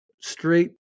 straight